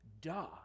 duh